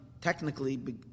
technically